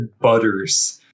butters